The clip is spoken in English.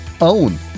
own